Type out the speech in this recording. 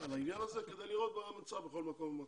העניין הזה, כדי לראות מה המצב בכל מקום ומקום.